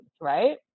right